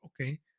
Okay